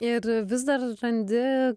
ir vis dar randi